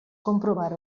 comprovar